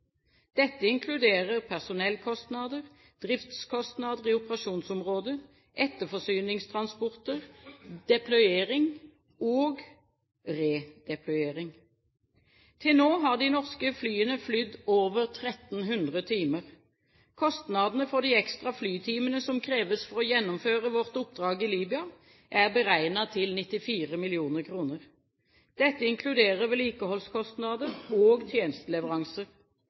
Dette inkluderer personellkostnader, driftskostnader i operasjonsområdet, etterforsyningstransporter, deployering og redeployering. Til nå har de norske flyene flydd over 1 300 timer. Kostnadene for de ekstra flytimene som kreves for å gjennomføre vårt oppdrag i Libya, er beregnet til 94 mill. kr. Dette inkluderer vedlikeholdskostnader og tjenesteleveranser.